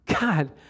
God